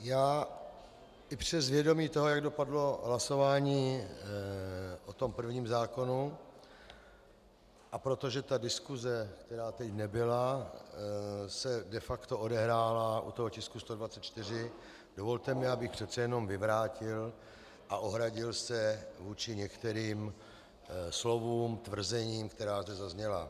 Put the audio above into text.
Já i přes vědomí toho, jak dopadlo hlasování o tom prvním zákonu, a protože ta diskuse, která teď nebyla, se de facto odehrála u toho tisku 124, dovolte mi, abych přece jenom vyvrátil a ohradil se vůči některým slovům, tvrzením, která zde zazněla.